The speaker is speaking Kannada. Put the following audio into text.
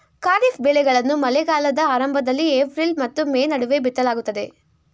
ಖಾರಿಫ್ ಬೆಳೆಗಳನ್ನು ಮಳೆಗಾಲದ ಆರಂಭದಲ್ಲಿ ಏಪ್ರಿಲ್ ಮತ್ತು ಮೇ ನಡುವೆ ಬಿತ್ತಲಾಗುತ್ತದೆ